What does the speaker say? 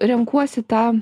renkuosi tą